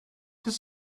his